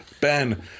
Ben